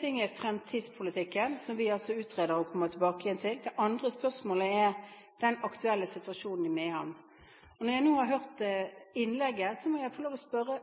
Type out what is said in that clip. ting er fremtidspolitikken, som vi utreder og vil komme tilbake til. Det andre spørsmålet dreier seg om den aktuelle situasjonen i Mehamn, og når jeg nå har hørt innlegget, må jeg få lov til å stille